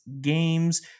games